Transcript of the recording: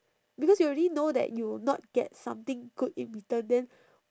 because you already know that you will not get something good in return then